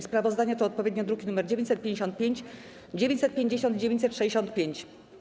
Sprawozdania to odpowiednio druki nr 955, 950, 965.